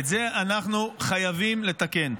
את זה אנחנו חייבים לתקן.